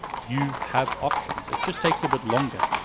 you have options, it just takes a bit longer.